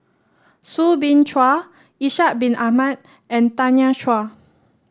Soo Bin Chua Ishak Bin Ahmad and Tanya Chua